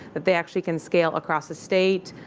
that they actually can scale across a state.